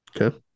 Okay